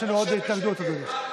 יש לנו עוד התנגדות, אדוני.